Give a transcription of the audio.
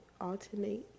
alternate